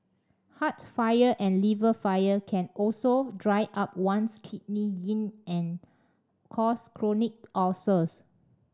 heart fire and liver fire can also dry up one's kidney yin and cause chronic ulcers